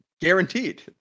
guaranteed